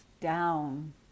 down